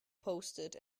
posted